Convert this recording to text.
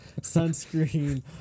sunscreen